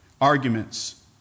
arguments